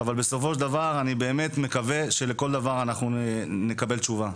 אבל בסופו של דבר אני באמת מקווה שעל כל דבר נקבל תשובה.